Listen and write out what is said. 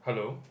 hello